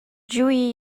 جویی